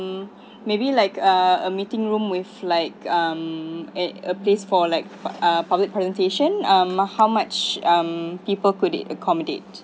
mm maybe like a a meeting room with like um at a place for like a public presentation ah mu~ how much um people could it accommodate